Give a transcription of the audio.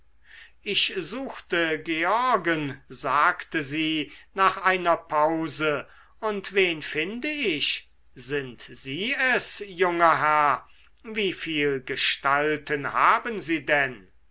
ich suchte georgen sagte sie nach einer pause und wen finde ich sind sie es junger herr wie viel gestalten haben sie denn